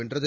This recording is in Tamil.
வென்றது